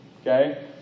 Okay